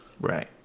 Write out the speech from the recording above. Right